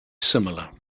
similar